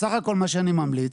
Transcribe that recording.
בסך הכל מה שאני ממליץ,